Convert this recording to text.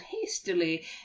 hastily